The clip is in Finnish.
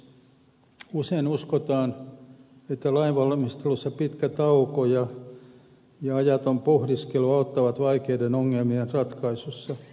usein uskotaan että lainvalmistelussa pitkä tauko ja ajaton pohdiskelu auttavat vaikeiden ongelmien ratkaisussa